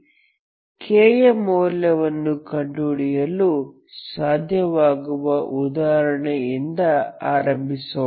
k ಯ ಮೌಲ್ಯವನ್ನು ಕಂಡುಹಿಡಿಯಲು ಸಾಧ್ಯವಾಗುವ ಉದಾಹರಣೆಯಿಂದ ಆರಂಭಿಸೋಣ